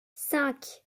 cinq